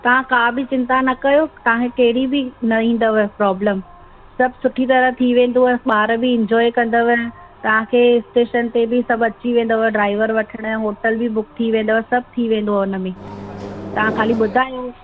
तव्हां का बि चिंता न कयो तव्हां खे कहिड़ी बि न ईंदव प्रॉब्लम सभु सुठी तरह थी वेंदव ॿार बि इंजॉय कंदव तव्हां खे स्टेशन ते बि सभु अची वेंदव ड्राइवर वठणु होटल बि बुक थी वेंदव सभु थी वेंदव हुन में तव्हां खाली ॿुधायो